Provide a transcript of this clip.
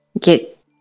get